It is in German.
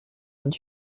und